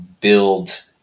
build